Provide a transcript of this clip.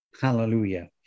Hallelujah